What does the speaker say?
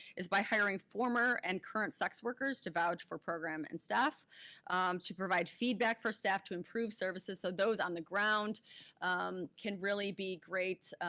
is by hiring former and current sex workers to vouch for program and staff to provide feedback for staff to improve services, so those on the ground can really be great